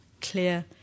clear